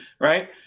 right